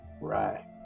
Right